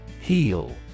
HEAL